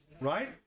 Right